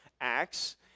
Acts